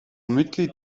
mitglied